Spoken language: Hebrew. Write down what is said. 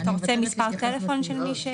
אתה רוצה מספר טלפון של מי שאחראי?